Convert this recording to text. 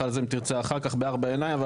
על זה אם תרצה אחר כך בארבע עיניים,